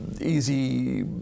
easy